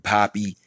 Poppy